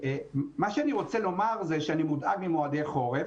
שאני רוצה לומר זה שאני מודאג ממועדי החורף.